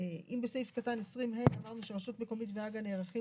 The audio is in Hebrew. בסעיף קטן 20ה אמרנו שרשות מקומית והג"א נערכים